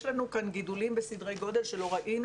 יש לנו כאן גידולים בסדרי גודל שלא ראינו